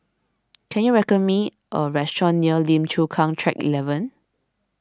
can you recommend me a restaurant near Lim Chu Kang Track eleven